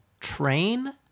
Train